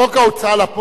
חוק ההוצאה לפועל,